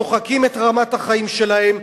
שוחקים את רמת החיים שלהם,